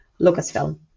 Lucasfilm